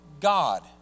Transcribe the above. God